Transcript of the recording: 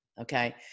Okay